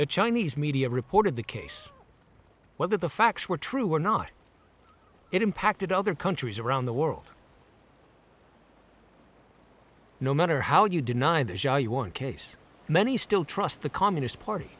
the chinese media reported the case whether the facts were true or not it impacted other countries around the world no matter how you deny the case many still trust the communist party